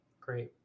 Great